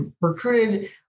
recruited